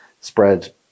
spread